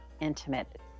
intimate